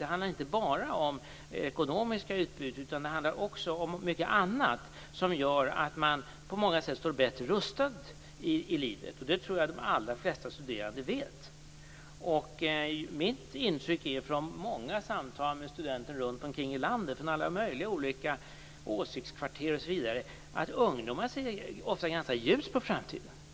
Det handlar inte bara om ekonomiska utbud, utan också om mycket annat som gör att man på många sätt står bättre rustad i livet. Det tror jag att de allra flesta studerande vet. Mitt intryck från många samtal med studenter runt om i landet, från alla möjliga olika åsiktskvarter osv. är att ungdomar ofta ser ganska ljust på framtiden.